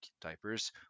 diapers